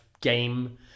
game